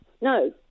No